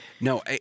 no